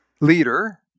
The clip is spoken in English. leader